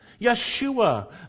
Yeshua